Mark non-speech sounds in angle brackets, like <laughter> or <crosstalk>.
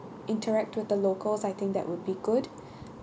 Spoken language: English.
interact with the locals I think that would be good <breath>